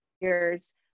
years